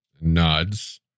nods